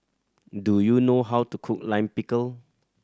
do you know how to cook Lime Pickle